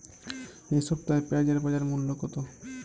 এ সপ্তাহে পেঁয়াজের বাজার মূল্য কত?